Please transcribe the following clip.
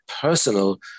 personal